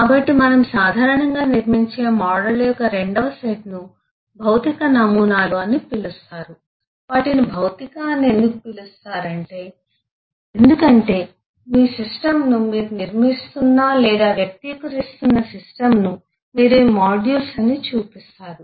కాబట్టి మనము సాధారణంగా నిర్మించే మోడళ్ల యొక్క రెండవ సెట్ను భౌతిక నమూనాలు అని పిలుస్తారు వాటిని భౌతిక అని ఎందుకు పిలుస్తారంటే ఎందుకంటే మీ సిస్టమ్ను మీరు నిర్మిస్తున్న లేదా వ్యక్తీకరిస్తున్న సిస్టమ్ను మీరు ఈ మాడ్యూల్స్ అని చూపిస్తారు